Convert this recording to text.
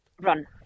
Run